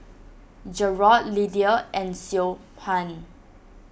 Jerod Lydia and Siobhan